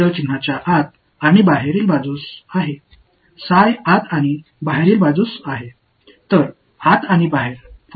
தெரியாதது ஒருங்கிணைந்த அடையாளத்தின் உள்ளேயும் வெளியேயும் உள்ளது உள்ளேயும் வெளியேயும் உள்ளது